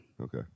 Okay